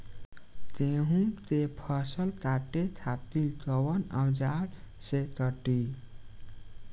गेहूं के फसल काटे खातिर कोवन औजार से कटी?